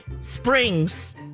Springs